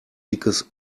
dickes